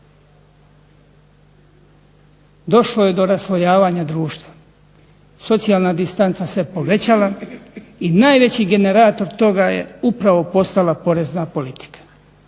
Došlo je do raslojavanja društva. Socijalna distanca se povećala i najveći generator toga je upravo postala porezna politika